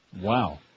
Wow